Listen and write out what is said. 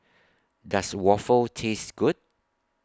Does Waffle Taste Good